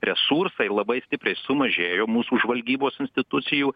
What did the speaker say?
resursai labai stipriai sumažėjo mūsų žvalgybos institucijų